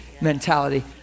mentality